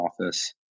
office